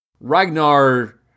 Ragnar